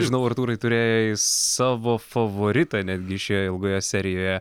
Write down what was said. žinau artūrai turėjai savo favoritą netgi šioje ilgoje serijoje